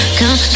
come